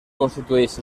constitueix